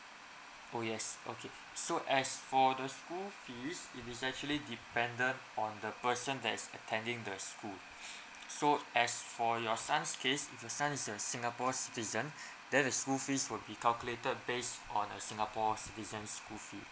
oh yes okay so as for the school fees it is actually dependent on the person that is attending the school so as for your son's case since your son is a singapore citizen then the school fees will be calculated based on a singapore citizen school fee